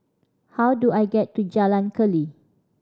how do I get to Jalan Keli